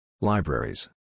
Libraries